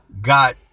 got